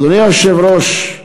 אדוני היושב-ראש,